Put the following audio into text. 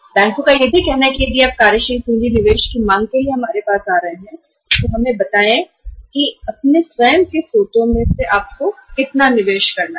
बैंकों का कहना है कि यदि आप कार्यशील पूंजी की मांग के लिए हमारे पास आ रहे हैं तो पहले आप बताएं कि आप अपने स्वयं के स्रोतों में से कितना निवेश कर रहे हैं